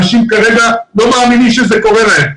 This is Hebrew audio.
אנשים לא מאמינים שזה קורה להם.